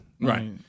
right